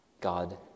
God